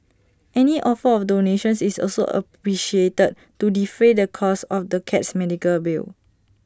any offer of donations is also appreciated to defray the costs of the cat's medical bill